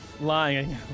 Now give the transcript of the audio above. lying